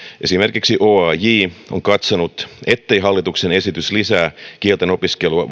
esimerkiksi oaj on katsonut ettei hallituksen esitys lisää kieltenopiskelua